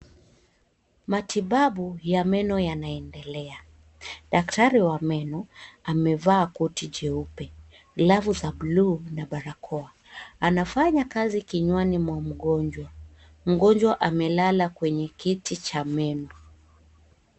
Matibabu ya meno yanaendelea daktari wa meno amevaa koti jeupe glavu za blue na barakoa anafanya kazi kinywani mwa mgonjwa mgonjwa amelala kwenye kiti cha meno.